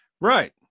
Right